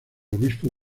obispo